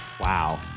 Wow